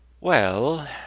Well